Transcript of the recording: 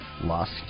lust